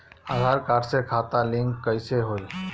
आधार card से खाता link कईसे होई?